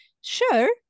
sure